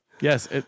Yes